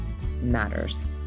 matters